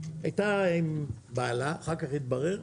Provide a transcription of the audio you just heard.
הייתה עם בעלה אחר כך התברר.